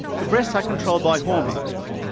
the breasts are controlled by hormones,